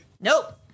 Nope